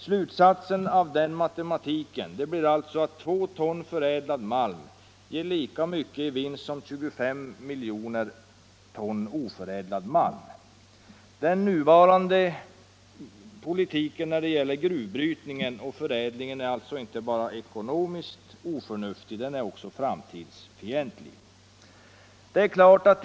Slutsatsen av den matematiken blir alltså att 2 ton förädlad malm ger lika mycket i vinst som 25 miljoner ton oförädlad malm. Den nuvarande politiken när det gäller gruvbrytningen och förädlingen är alltså inte bara ekonomiskt oförnuftig. Den är också framtidsfientlig.